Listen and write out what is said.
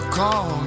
call